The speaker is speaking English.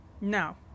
No